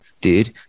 dude